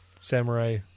Samurai